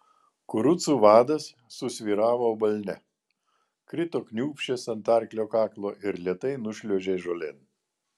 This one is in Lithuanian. kurucų vadas susvyravo balne krito kniūbsčias ant arklio kaklo ir lėtai nušliuožė žolėn